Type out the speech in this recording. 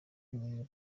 umunye